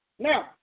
Now